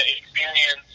experience